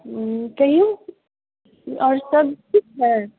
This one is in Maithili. कहियौ आओरसभ ठीक हइ